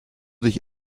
dich